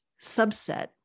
subset